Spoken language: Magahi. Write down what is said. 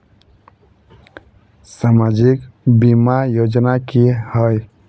सामाजिक बीमा योजना की होय?